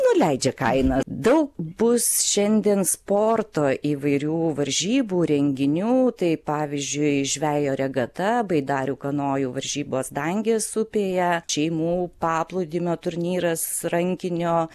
nuleidžia kainą daug bus šiandien sporto įvairių varžybų renginių tai pavyzdžiui žvejo regata baidarių kanojų varžybos dangės upėje šeimų paplūdimio turnyras rankinio